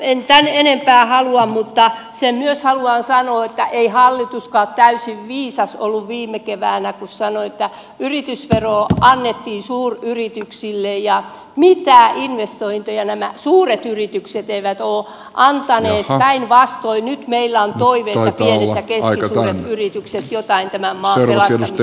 en tämän enempää halua sanoa mutta sen myös haluan sanoa että ei hallituskaan täysin viisas ollut viime keväänä kun yritysvero annettiin suuryrityksille ja mitään investointeja nämä suuret yritykset eivät ole antaneet päinvastoin nyt meillä on toive että pienet ja keskisuuret yritykset jotain tämän maan pelastamiseksi tekevät